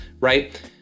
right